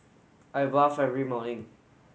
I bath every morning